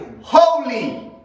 Holy